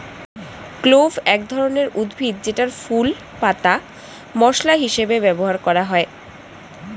clove এক ধরনের উদ্ভিদ যেটার ফুল, পাতা মসলা হিসেবে ব্যবহার করা হয়